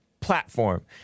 platform